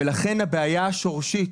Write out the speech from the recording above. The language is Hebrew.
לכן הבעיה השורשית